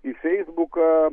į feisbuką